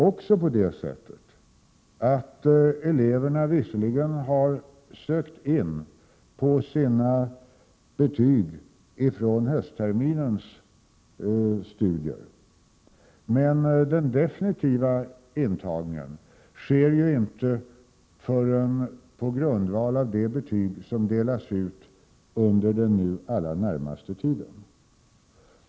Eleverna har visserligen sökt in på sina betyg från höstterminens studier, men den definitiva intagningen sker ju inte förrän på grundval av de betyg som delas ut under den nu allra närmaste tiden.